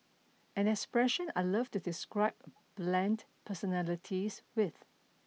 an expression I love to describe bland personalities with